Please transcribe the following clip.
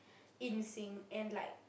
in sync and like